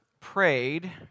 Prayed